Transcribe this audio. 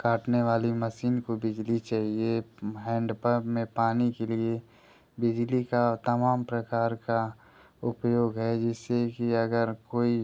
काटने वाली मसीन को बिजली चाहिए हेंडपंप में पानी के लिए बिजली का तमाम प्रकार का उपयोग है जिससे कि अगर कोई